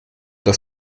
das